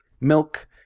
Milk